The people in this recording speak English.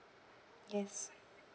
yes